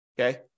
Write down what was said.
okay